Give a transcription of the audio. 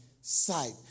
sight